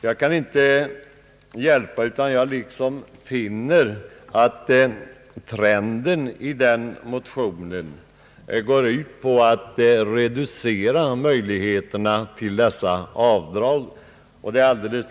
Jag kan inte hjälpa att jag finner att trenden i motionen är att möj ligheterna till sådana avdrag bör reduceras.